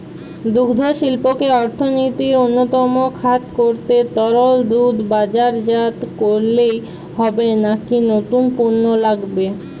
দুগ্ধশিল্পকে অর্থনীতির অন্যতম খাত করতে তরল দুধ বাজারজাত করলেই হবে নাকি নতুন পণ্য লাগবে?